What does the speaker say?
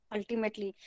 Ultimately